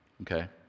okay